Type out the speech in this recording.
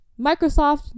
Microsoft